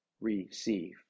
receive